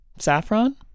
saffron